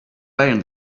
buying